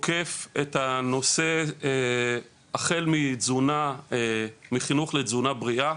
תוקף את הנושא החל מחינוך לתזונה בריאה,